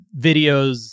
videos